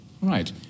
right